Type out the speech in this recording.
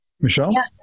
Michelle